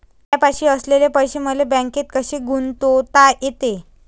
मायापाशी असलेले पैसे मले बँकेत कसे गुंतोता येते?